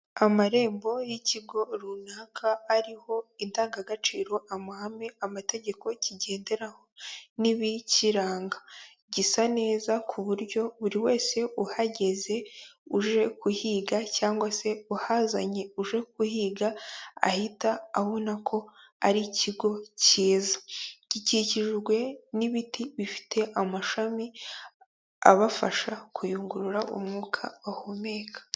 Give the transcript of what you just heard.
Amarembo y'ikigo runaka ariho indangagaciro, amahame, amategeko kigenderaho n'ibikiranga gisa neza ku buryo buri wese uhageze uje kuhiga cyangwa se uhazanye uje guhiga ahita abona ko ari ikigo cyiza, gikikijwe n'ibiti bifite amashami abafasha kuyungurura umwuka bahumeka.